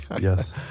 Yes